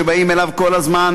שבאים אליו כל הזמן,